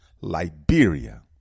Liberia